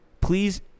please